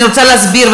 אני רוצה להסביר,